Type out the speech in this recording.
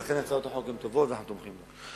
ולכן הצעות החוק הן טובות, ואנחנו תומכים בהן.